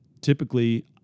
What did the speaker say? typically